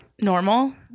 Normal